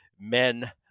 men